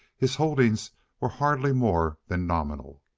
his holdings were hardly more than nominal.